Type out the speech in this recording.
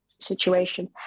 situation